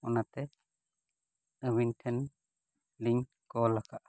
ᱚᱱᱟᱛᱮ ᱟᱹᱵᱤᱱ ᱴᱷᱮᱱ ᱞᱤᱧ ᱠᱚᱞ ᱟᱠᱟᱫᱼᱟ